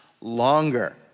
longer